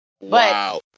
Wow